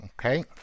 Okay